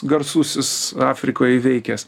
garsusis afrikoj įveikęs